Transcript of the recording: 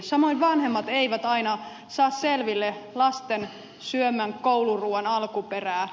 samoin vanhemmat eivät aina saa selville lasten syömän kouluruuan alkuperää